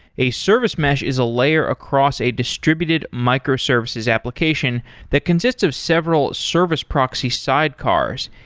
a service mesh is a layer across a distributed microservices application that consists of several service proxy sidecars.